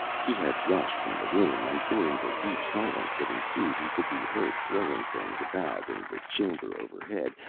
he had rushed from the room, and during the deep silence that ensued he could be heard throwing things about in the chamber overhead,